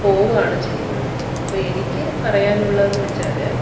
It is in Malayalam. പോവുകയാണ് ചെയ്യുന്നത് അപ്പം എനിക്ക് പറയാനുള്ളതെന്ന് വെച്ചാൽ